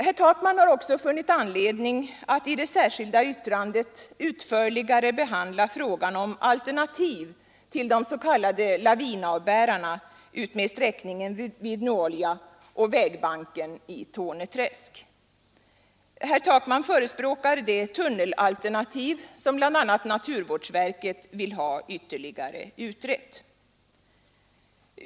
Herr Takman har också funnit anledning att i det särskilda yttrandet utförligare behandla frågan om alternativ till de s.k. lavinavbärarna utmed sträckningen vid Nuolja och vägbanken i Torne träsk. Herr Takman förespråkar det tunnelalternativ som bl.a. naturvårdsverket vill ha ytterligare utrett.